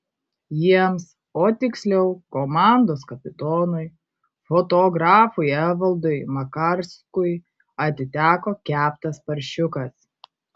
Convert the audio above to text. jiems o tiksliau komandos kapitonui fotografui evaldui makarskui atiteko keptas paršiukas